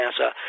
NASA